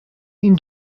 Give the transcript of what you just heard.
mean